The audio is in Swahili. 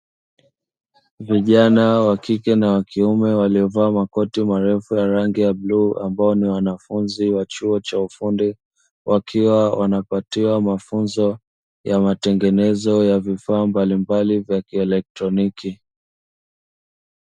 Vijana wa kike na wa kiume waliovaa makoti marefu ya rangi ya bluu ambao ni wanafunzi wa chuo cha ufundi, wakiwa wanapatiwa mafunzo ya matengenezo ya vifaa mbalimbali vya kielektroniki.